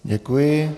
Děkuji.